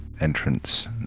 entrance